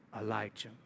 Elijah